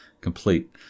complete